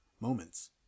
moments